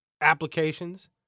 applications